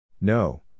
No